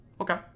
Okay